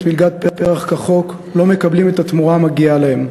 פרויקט פר"ח כחוק לא מקבלים את התמורה המגיעה להם.